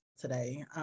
today